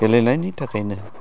गेलेनायनि थाखायनो